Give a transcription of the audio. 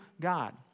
God